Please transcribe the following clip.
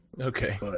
Okay